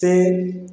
से